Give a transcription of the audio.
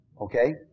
Okay